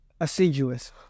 Assiduous